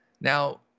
now